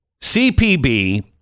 CPB